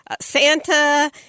Santa